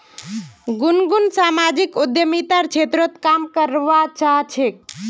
गुनगुन सामाजिक उद्यमितार क्षेत्रत काम करवा चाह छेक